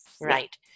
Right